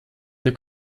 der